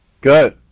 Good